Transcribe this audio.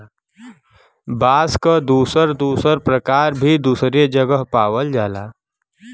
बांस क दुसर दुसर परकार भी दुसरे जगह पावल जाला